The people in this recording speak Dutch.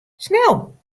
snel